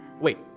Wait